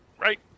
right